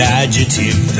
adjective